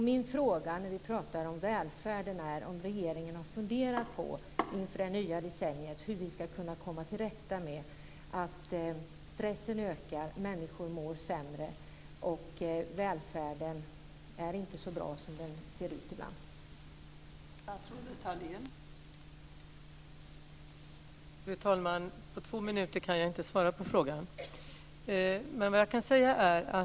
Min fråga när vi pratar om välfärd är om regeringen har funderat på, inför det nya decenniet, hur vi ska kunna komma till rätta med att stressen ökar, människor mår sämre och välfärden inte är så bra som den ser ut att vara ibland.